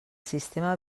sistema